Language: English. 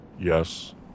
Yes